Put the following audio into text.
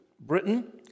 Britain